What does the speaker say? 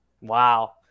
Wow